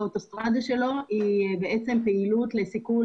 האוטוסטרדה שלו היא פעילות לסיכול